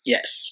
Yes